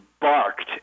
barked